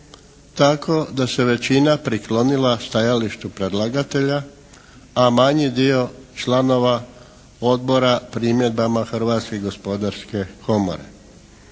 tako da se većina priklonila stajalištu predlagatelja, a manji dio članova odbora primjedbama Hrvatske gospodarske komore.